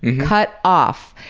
cut off.